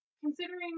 considering